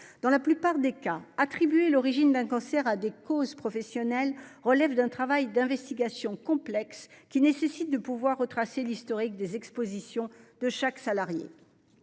Dans la plupart des cas, attribuer l'origine d'un cancer à des causes professionnelles relève d'un travail d'investigation complexe qui nécessite de pouvoir retracer l'historique des expositions de chaque salarié.